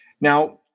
Now